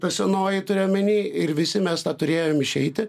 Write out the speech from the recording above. ta senoji turiu omeny ir visi mes tą turėjom išeiti